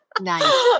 Nice